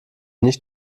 nicht